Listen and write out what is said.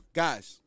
guys